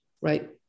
right